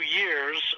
years